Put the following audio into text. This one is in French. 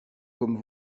comme